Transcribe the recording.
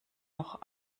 noch